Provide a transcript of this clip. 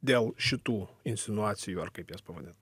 dėl šitų insinuacijų ar kaip jas pavadint